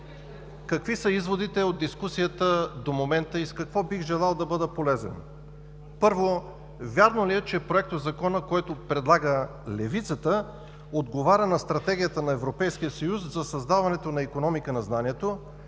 какви са изводите от дискусията до момента и с какво бих желал да бъда полезен? Първо, вярно ли е, че Проектозаконът, който предлага левицата, отговаря на Стратегията на Европейския съюз за създаването на икономика на знанието